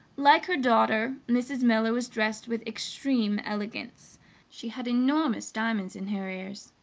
like her daughter, mrs. miller was dressed with extreme elegance she had enormous diamonds in her ears.